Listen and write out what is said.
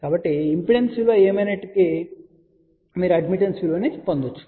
కాబట్టి ఇంపిడెన్స్ విలువ ఏమైనప్పటికీ మీరు అడ్మిటెన్స్ విలువను పొందవచ్చు